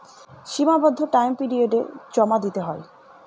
সীমাবদ্ধ টাইম পিরিয়ডে জমা দিতে হয়